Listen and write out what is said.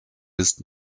ist